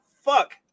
fuck